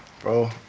Bro